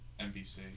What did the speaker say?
NBC